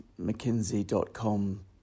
mckinsey.com